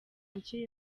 gukira